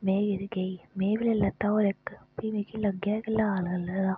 में जेल्लै गेई में बी लेई लैता होर इक फ्ही मिगी लग्गेआ इक लाल कलर दा